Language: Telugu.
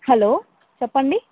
హలో చెప్పండి